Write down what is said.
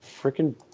Freaking